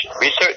research